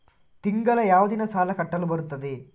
ತಿಂಗಳ ಯಾವ ದಿನ ಸಾಲ ಕಟ್ಟಲು ಬರುತ್ತದೆ?